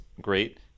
great